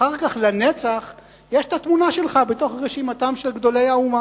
אחר כך לנצח יש התמונה שלך בתוך רשימתם של גדולי האומה.